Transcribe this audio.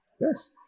Yes